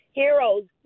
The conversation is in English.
heroes